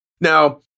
Now